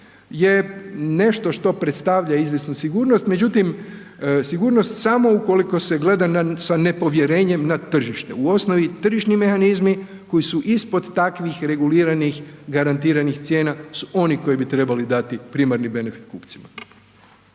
je nešto što predstavlja izvjesnu sigurnost međutim sigurnost samo ukoliko se gleda sa nepovjerenjem na tržište, u osnovi tržišni mehanizmi koji su ispod takvih reguliranih garantiranih cijena su oni koji bi trebali dati primarni benefit kupcima.